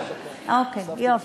יופי.